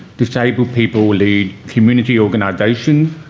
disabled people lead community organisations,